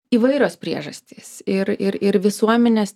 įvairios priežastys ir ir ir visuomenės